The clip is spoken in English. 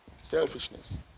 selfishness